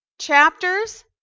chapters